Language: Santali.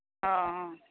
ᱚ